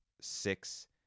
six